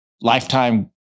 lifetime